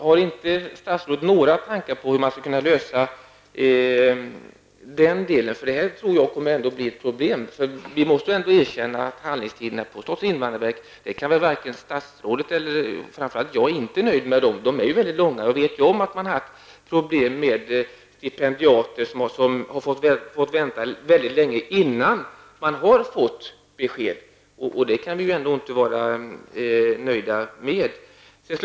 Har statsrådet inte några tankar om hur man skall kunna lösa den frågan? Jag tror att detta kommer att bli ett problem. Statsrådet kan väl inte vara nöjd med handläggningstiderna på statens invandrarverk. Jag är inte nöjd med dem. De är mycket långa. Jag vet att man har haft problem med stipendiater som har fått vänta mycket länge innan de har fått besked. Det kan vi inte vara nöjda med.